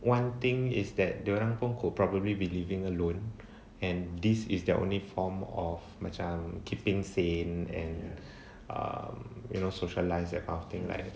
one thing is that dia orang pun could probably be living alone and this is their only form of macam keeping sane and err you know socialise that kind of thing like